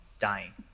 Dying